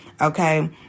okay